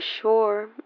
sure